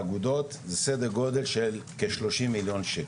האגודות זה סדר גודל של כשלושים מיליון שקל.